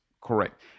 correct